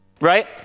Right